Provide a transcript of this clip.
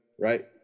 Right